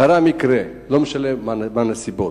קרה מקרה, לא משנה מה הנסיבות,